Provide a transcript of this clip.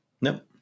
Nope